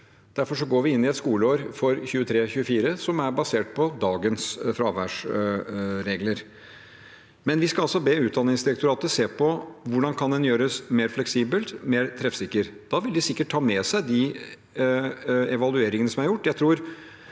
Derfor går vi inn i et skoleår for 2023– 2024 som er basert på dagens fraværsregler. Men vi skal be Utdanningsdirektoratet se på hvordan det kan gjøres mer fleksibelt, mer treffsikkert. Da vil de sikkert ta med seg de evalueringene som er gjort.